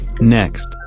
Next